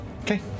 Okay